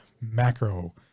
macro